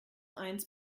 eins